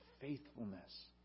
faithfulness